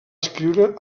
escriure